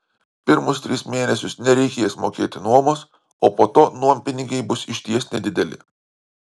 pirmus tris mėnesius nereikės mokėti nuomos o po to nuompinigiai bus išties nedideli